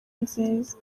nziza